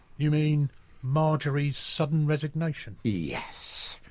you mean marjorie's sudden resignation. yes,